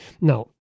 Now